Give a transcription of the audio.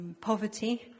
poverty